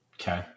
Okay